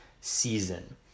season